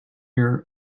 your